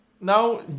now